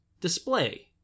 display